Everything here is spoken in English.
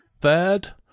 third